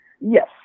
Yes